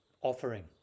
offering